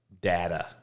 data